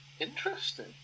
Interesting